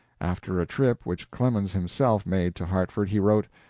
after a trip which clemens himself made to hartford, he wrote,